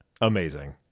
Amazing